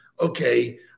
okay